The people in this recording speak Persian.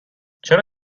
چرا